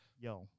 Yo